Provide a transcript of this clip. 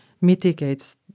mitigates